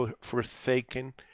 forsaken